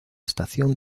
estación